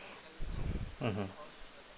mmhmm